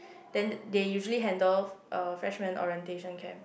then they usually handle uh freshman orientation camp